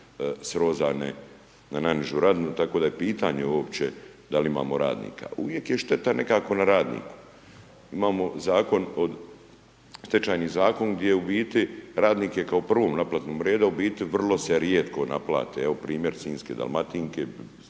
srozane na najnižu razinu, tako da je pitanje uopće da li imamo radnika? Uvijek je šteta nekako na radniku. Imamo Zakon od, stečajni Zakon gdje u biti radnik je kao u prvom naplatnom redu, a u biti vrlo se rijetko naplate, evo primjer sinjska Dalmatinke,